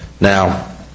Now